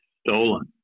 stolen